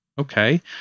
okay